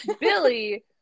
Billy